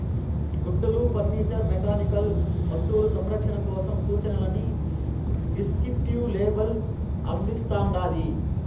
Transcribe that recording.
గుడ్డలు furniture mechanical వస్తువులు సంరక్షణ కోసం సూచనలని డిస్క్రిప్టివ్ లేబుల్ అందిస్తాండాది